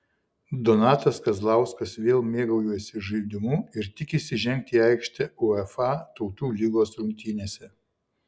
donatas kazlauskas vėl mėgaujasi žaidimu ir tikisi žengti į aikštę uefa tautų lygos rungtynėse